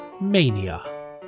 Mania